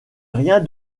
rien